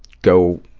go